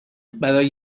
برای